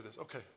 Okay